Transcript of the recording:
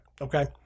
Okay